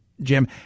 Jim